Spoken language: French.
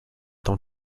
tant